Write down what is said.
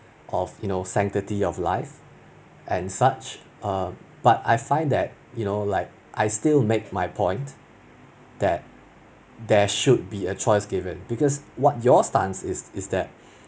of you know sanctity of life and such err but I find that you know like I still make my point that there should be a choice given because what your stance is is that